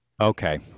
okay